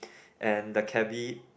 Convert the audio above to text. and the cabby